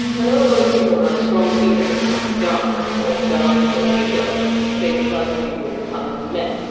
i know a lot of people have strong feelings about! guy! or! guys! or! you guys! being applied to people other than men.